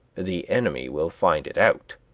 the enemy will find it out.